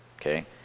okay